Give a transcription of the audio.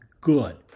good